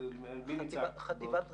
חטיבת הרפואה,